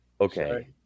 okay